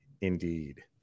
Indeed